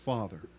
Father